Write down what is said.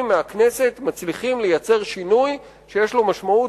מהכנסת מצליחים לייצר שינוי שיש לו משמעות,